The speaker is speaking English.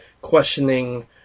questioning